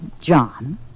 John